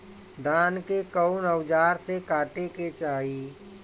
धान के कउन औजार से काटे के चाही?